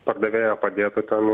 pardavėja padėtų ten